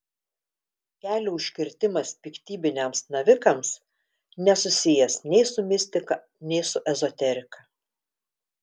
kelio užkirtimas piktybiniams navikams nesusijęs nei su mistika nei su ezoterika